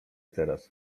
teraz